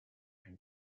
and